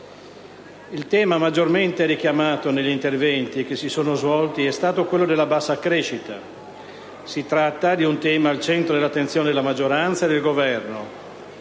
Il tema maggiormente richiamato negli interventi che si sono svolti è quello della bassa crescita. Si tratta di un tema al centro dell'attenzione della maggioranza e del Governo.